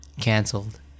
Cancelled